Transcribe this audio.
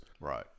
Right